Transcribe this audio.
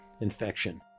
infection